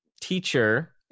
teacher